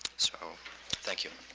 so thank you.